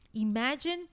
Imagine